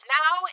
now